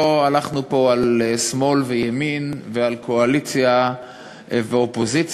לא הלכנו פה על שמאל וימין ועל קואליציה ואופוזיציה,